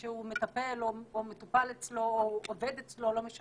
שהוא מטפל בו או שהוא מטופל אצלו או שהוא עובד אצלו,